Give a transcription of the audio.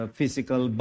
physical